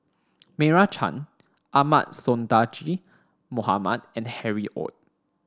Meira Chand Ahmad Sonhadji Mohamad and Harry Ord